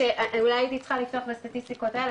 אולי הייתי צריכה לפתוח את הסטטיסטיקות האלה,